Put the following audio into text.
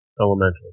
Elementals